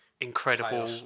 incredible